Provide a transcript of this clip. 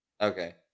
okay